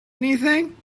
anything